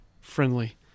friendly